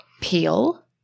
Peel